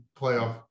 playoff